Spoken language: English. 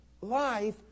life